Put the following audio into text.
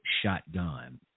shotgun